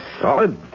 solid